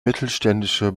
mittelständische